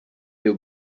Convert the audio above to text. you